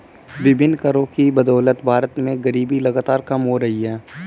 विभिन्न करों की बदौलत भारत में गरीबी लगातार कम हो रही है